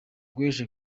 guhesha